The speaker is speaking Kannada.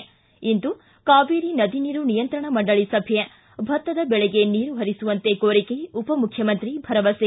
ಿ ಇಂದು ಕಾವೇರಿ ನದಿ ನೀರು ನಿಯಂತ್ರಣ ಮಂಡಳಿ ಸಭೆ ಭತ್ತದ ಬೆಳೆಗೆ ನೀರು ಹರಿಸುವಂತೆ ಕೋರಿಕೆ ಉಪಮುಖ್ಯಮಂತ್ರಿ ಭರವಸೆ